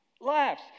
Laughs